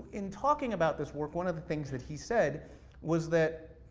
in talking about this work, one of the things that he said was that,